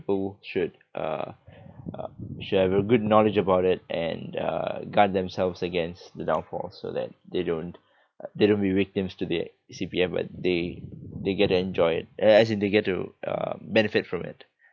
people should uh uh should have a good knowledge about it and uh guard themselves against the downfalls so that they don't they don't be victims to the C_P_F but they they get to enjoy it uh as in they get to uh benefit from it